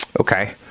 Okay